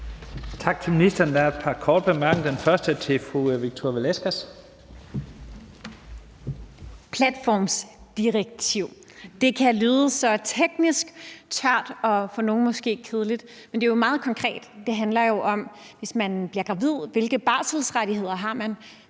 platformsdirektiv kan lyde så teknisk, tørt og for nogle måske også kedeligt, men det er jo meget konkret. For det handler om, hvilke barselsrettigheder man har,